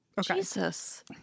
Jesus